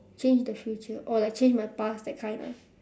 change the future or like change my past that kind ah